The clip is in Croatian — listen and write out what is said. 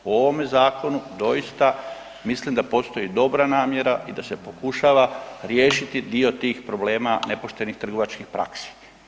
U ovome Zakonu doista mislim da postoji dobra namjera i da se pokušava riješiti dio tih problema nepoštenih trgovačkih praksi.